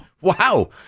Wow